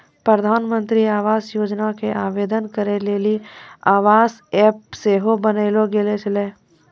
प्रधानमन्त्री आवास योजना मे आवेदन करै लेली आवास ऐप सेहो बनैलो गेलो छै